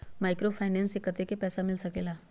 Microfinance से कतेक पैसा मिल सकले ला?